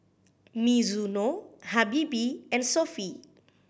Mizuno Habibie and Sofy